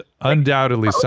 undoubtedly